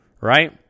Right